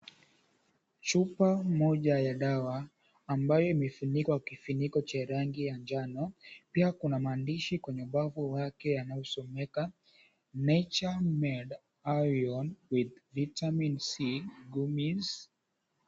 Chupa moja ya dawa ambayo imefunikwa kifuniko cha rangi ya njano. Pia, kuna maandishi kwenye ubavu wake yanayosomeka, Nature Made Iron with Vitamin C Gummies.